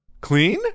Clean